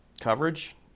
coverage